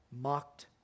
mocked